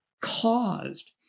caused